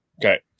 Okay